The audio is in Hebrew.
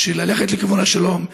ללכת לכיוון השלום,